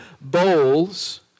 bowls